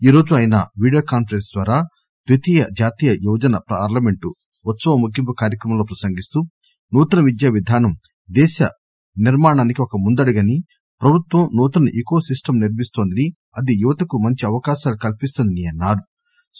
ఈరోజు ఆయన video conference ద్వారా ద్వితీయ జాతీయ యువజన పార్లమెంట్ ఉత్సవ ముగింపు కార్యక్రమంలో ప్రసంగిస్తూ నూతన విద్యా విధానం దేశ నిర్మాణానికి ఒక ముందడుగు అని ప్రభుత్వం నూతన ఇకో సిస్టమ్ ను నిర్మిస్తోందని అది యువతకు మంచి అవకాశాలు కల్పిస్తుందని అన్నారు